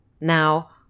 Now